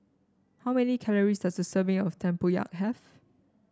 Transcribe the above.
how many calories does a serving of Tempoyak have